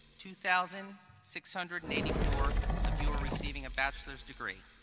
two thousand six hundred and eighty four of you are receiving a bachelor's degree.